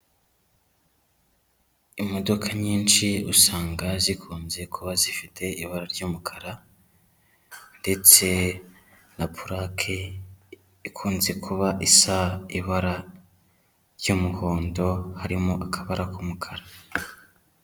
Imodoka nyinshi usanga zikunze kuba zifite ibara ry'umukara, ndetse na pulake ikunze kuba isa ibara ry'umuhondo harimo akabara k'umukara.